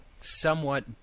somewhat